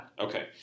okay